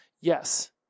Yes